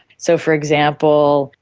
so, for example,